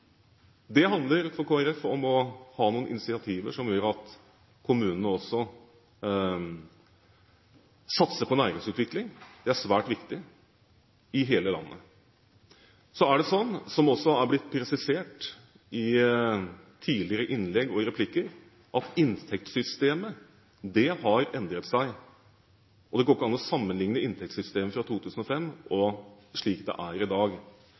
handler for Kristelig Folkeparti om å ha noen incentiver som gjør at kommunene også satser på næringsutvikling. Det er svært viktig i hele landet. Så er det sånn, som også er blitt presisert i tidligere innlegg og replikker, at inntektssystemet har endret seg. Det går ikke an å sammenligne inntektssystemet fra 2005 og slik det er i dag.